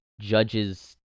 judges